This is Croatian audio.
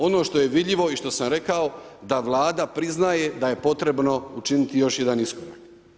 Ono što je vidljivo i što sam rekao da Vlada priznaje da je potrebno učinit još jedan iskorak.